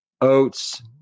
oats